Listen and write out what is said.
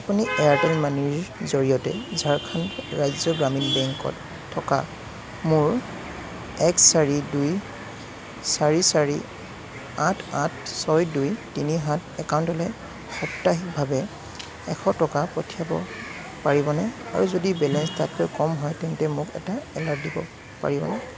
আপুনি এয়াৰটেল মানিৰ জৰিয়তে ঝাৰখণ্ড ৰাজ্য গ্ৰামীণ বেংকত থকা মোৰ এক চাৰি দুই চাৰি চাৰি আঠ আঠ ছয় দুই তিনি সাত একাউণ্টলৈ সাপ্তাহিকভাৱে এশ টকা পঠিয়াব পাৰিবনে আৰু যদি বেলেঞ্চ তাতকৈ কম হয় তেন্তে মোক এটা এলাৰ্ট দিব পাৰিবনে